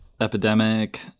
epidemic